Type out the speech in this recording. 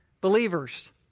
Believers